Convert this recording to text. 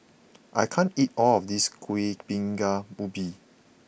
I can't eat all of this Kuih Bingka Ubi